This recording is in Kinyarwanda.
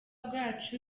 bwacu